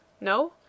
No